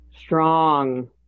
strong